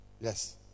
Yes